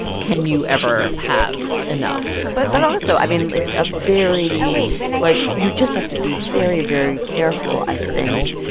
can you ever have enough? but but also, i mean, it's a very like, you just have to be very, very careful, i think,